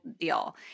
deal